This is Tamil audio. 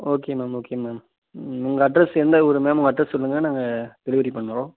ஓகே மேம் ஓகே மேம் ம் உங்கள் அட்ரஸ் எந்த ஊர் மேம் உங்கள் அட்ரஸ் சொல்லுங்கள் நாங்கள் டெலிவரி பண்ணுறோம்